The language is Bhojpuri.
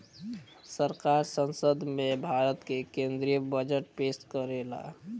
सरकार संसद में भारत के केद्रीय बजट पेस करेला